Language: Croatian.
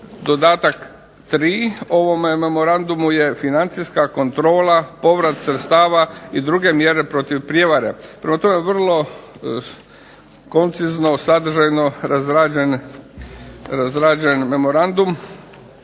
dodatak 3. ovome memorandumu je financijska kontrola, povrat sredstava i druge mjere protiv prevare. Prema tome vrlo koncizno, sadržajno razrađen memorandum